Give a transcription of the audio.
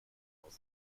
aus